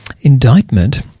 indictment